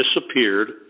disappeared